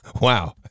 wow